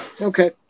okay